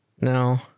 no